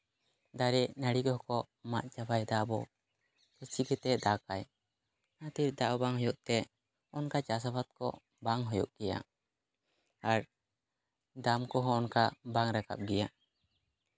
ᱫᱟᱨᱮ ᱱᱟᱹᱲᱤ ᱠᱚᱦᱚᱸ ᱠᱚ ᱢᱟᱜ ᱪᱟᱵᱟᱭᱫᱟ ᱟᱵᱚ ᱪᱤᱠᱟᱹᱛᱮ ᱫᱟᱜ ᱟᱭ ᱚᱱᱟᱛᱮ ᱫᱟᱜ ᱵᱟᱝ ᱦᱩᱭᱩᱜ ᱛᱮ ᱚᱱᱠᱟ ᱪᱟᱥ ᱟᱵᱟᱫ ᱠᱚ ᱵᱟᱝ ᱦᱩᱭᱩᱜ ᱜᱮᱭᱟ ᱟᱨ ᱫᱟᱢ ᱠᱚᱦᱚᱸ ᱚᱱᱠᱟ ᱵᱟᱝ ᱨᱟᱠᱟᱵ ᱜᱮᱭᱟ